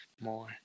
more